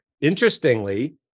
Interestingly